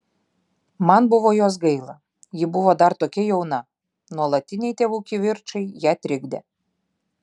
man buvo jos gaila ji buvo dar tokia jauna nuolatiniai tėvų kivirčai ją trikdė